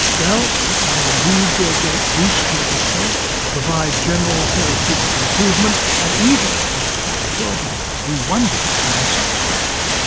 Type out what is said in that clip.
well, it may indeed be a great boost to one's health, provide general therapeutic improvement, and even, as the chef assured me, do wonders for my sex drive,